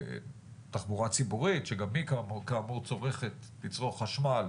בתחבורה ציבורית שגם היא כאמור תצרוך חשמל,